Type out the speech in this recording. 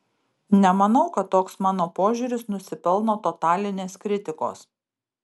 nemanau kad toks mano požiūris nusipelno totalinės kritikos